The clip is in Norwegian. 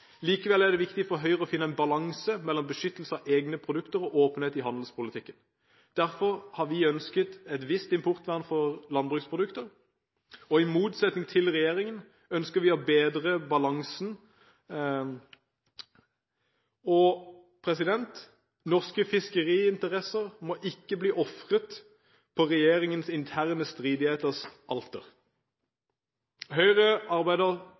Likevel er det viktig for Høyre å finne en balanse mellom beskyttelse av egne produkter og åpenhet i handelspolitikken. Derfor har vi ønsket et visst importvern for landbruksprodukter, og i motsetning til regjeringen ønsker vi å bedre balansen. Norske fiskeriinteresser må ikke bli ofret på regjeringens interne stridigheters alter. Høyre arbeider